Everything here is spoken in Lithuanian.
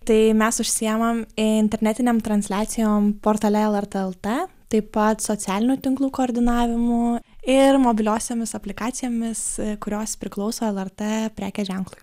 tai mes užsiimam internetinėm transliacijom portale lrt lt taip pat socialinių tinklų koordinavimu ir mobiliosiomis aplikacijomis kurios priklauso lrt prekės ženklui